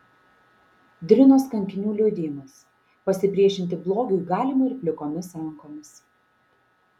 drinos kankinių liudijimas pasipriešinti blogiui galima ir plikomis rankomis